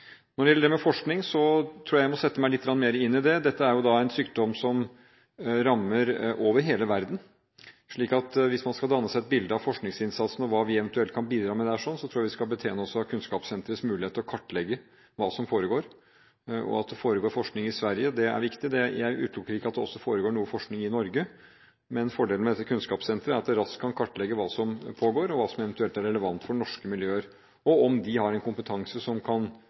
Når det gjelder dette med forskning, tror jeg jeg må sette meg litt mer inn i det. Dette er en sykdom som rammer over hele verden, slik at hvis man skal danne seg et bilde av forskningsinnsatsen og hva vi eventuelt kan bidra med der, tror jeg vi skal betjene oss av Kunnskapssenterets mulighet til å kartlegge hva som foregår. At det foregår forskning i Sverige, er viktig – jeg utelukker ikke at det også foregår noe forskning i Norge. Fordelen med Kunnskapssenteret er at det raskt kan kartlegge hva som pågår, hva som eventuelt er relevant for norske miljøer, og om de har en kompetanse som kan